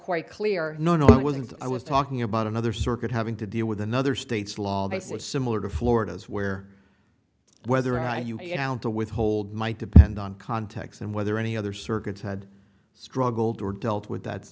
quite clear no no when i was talking about another circuit having to deal with another state's law they said similar to florida's where whether i yelled to withhold might depend on context and whether any other circuits had struggled or dealt with that